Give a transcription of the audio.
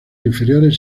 interiores